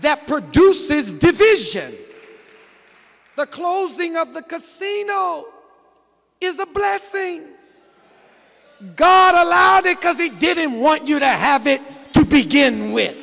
that produces division the closing of the casino is a blessing god allowed because he didn't want you to have it to begin